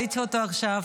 ראיתי אותו עכשיו.